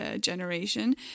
generation